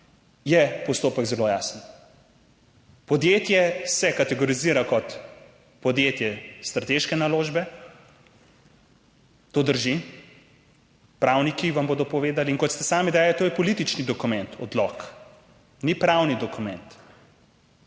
postopek zelo jasen. Podjetje se kategorizira kot podjetje strateške naložbe. To drži, pravniki vam bodo povedali. In kot ste sami dejali, to je politični dokument, odlok ni pravni dokument.